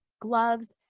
gloves,